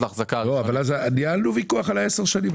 להחזקה --- ניהלנו ויכוח על 10 השנים,